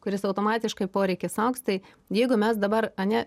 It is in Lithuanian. kuris automatiškai poreikis augs tai jeigu mes dabar ane